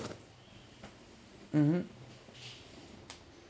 mmhmm